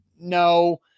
no